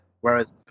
Whereas